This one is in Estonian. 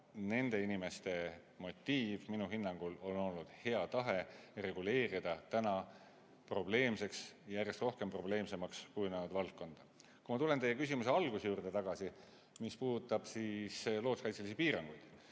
nende inimeste motiiv minu hinnangul on olnud hea tahe reguleerida probleemset ja järjest rohkem probleemsemaks kujunevat valdkonda. Ma tulen teie küsimuse alguse juurde tagasi, mis puudutab looduskaitselisi piiranguid.